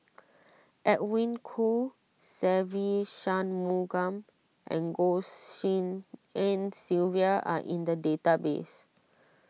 Edwin Koo Se Ve Shanmugam and Goh Tshin En Sylvia are in the database